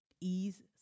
ease